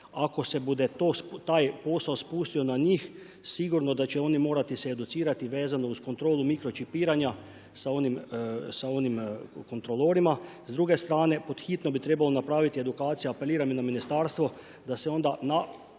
Ako se bude taj posao spustio na njih, sigurno da će oni morati se educirati vezano uz kontrolu mikročipiranja, sa onim kontrolorima. S druge strane pod hitno bi trebalo napraviti edukacija, apeliram i na ministarstvo da se onda kada bude